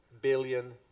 billion